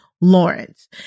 Lawrence